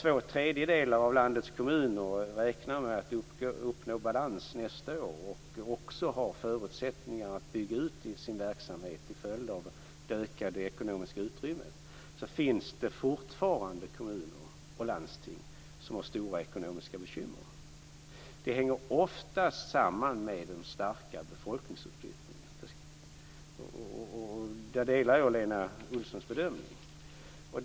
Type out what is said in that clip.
Två tredjedelar av landets kommuner räknar med att uppnå balans nästa år och har även förutsättningar att bygga ut sin verksamhet till följd av det ökade ekonomiska utrymmet, men det finns fortfarande kommuner och landsting som har stora ekonomiska bekymmer. Det hänger oftast samman med den starka befolkningsutflyttningen. Jag delar Lena Olssons bedömning där.